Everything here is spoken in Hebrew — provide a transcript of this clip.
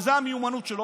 שזאת המיומנות שלו,